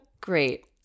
Great